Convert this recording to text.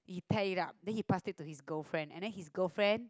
pack it up then he pass it to his girlfriend and then his girlfriend